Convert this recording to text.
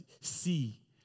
see